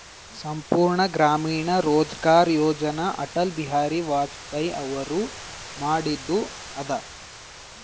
ಸಂಪೂರ್ಣ ಗ್ರಾಮೀಣ ರೋಜ್ಗಾರ್ ಯೋಜನ ಅಟಲ್ ಬಿಹಾರಿ ವಾಜಪೇಯಿ ಅವರು ಮಾಡಿದು ಅದ